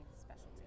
specialty